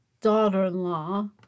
daughter-in-law